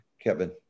Kevin